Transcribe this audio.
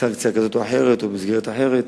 סנקציה כזאת או אחרת או מסגרת אחרת.